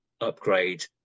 upgrade